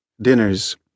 Dinners